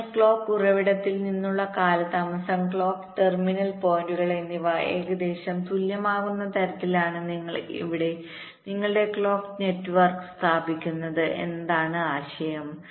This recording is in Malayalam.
അതിനാൽ ക്ലോക്ക് ഉറവിടത്തിൽ നിന്നുള്ള കാലതാമസം ക്ലോക്ക് ടെർമിനൽ പോയിന്റുകൾ എന്നിവ ഏകദേശം തുല്യമാകുന്ന തരത്തിലാണ് നിങ്ങൾ നിങ്ങളുടെ ക്ലോക്ക് നെറ്റ്വർക്ക്സ്ഥാപിക്കുന്നത് എന്നതാണ് ആശയം